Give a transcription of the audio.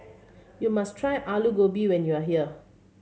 you must try Aloo Gobi when you are here